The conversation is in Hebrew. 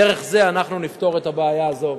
דרך זה אנחנו נפתור את הבעיה הזאת.